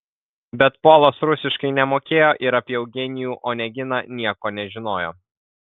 bet polas rusiškai nemokėjo ir apie eugenijų oneginą nieko nežinojo